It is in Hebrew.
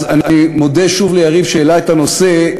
אז אני מודה שוב ליריב שהעלה את הנושא.